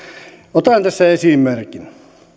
otan tässä esimerkin